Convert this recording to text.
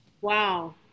wow